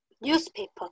newspaper